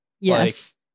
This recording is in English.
Yes